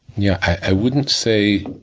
yeah i wouldn't say